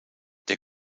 der